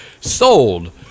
Sold